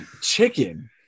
Chicken